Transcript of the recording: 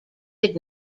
did